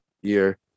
year